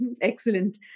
Excellent